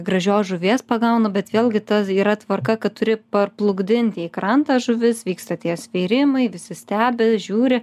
gražios žuvies pagauna bet vėlgi ta yra tvarka kad turi parplukdinti į krantą žuvis vyksta tie svėrimai visi stebi žiūri